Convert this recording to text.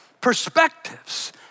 perspectives